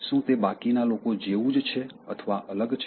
શું તે બાકીના લોકો જેવું જ છે અથવા અલગ છે